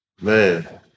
Man